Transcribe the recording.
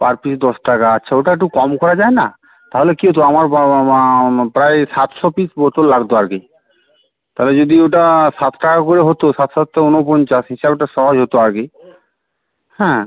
পার piece দশ টাকা আচ্ছা ওটা একটু কম করা যায় না তাহলে কী হতো আমার বাবা মা প্রায় সাতশো পিস বোতল লাগতো আর কি তাহলে যদি ওটা সাত টাকা করে হতো সাত সাতটা উনপঞ্চাশ হিসাবটা সহজ হতো আর কি হ্যাঁ